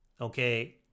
okay